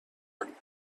کنیم